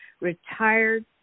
retired